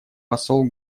посол